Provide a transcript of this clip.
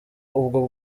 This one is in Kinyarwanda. ubwo